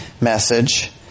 message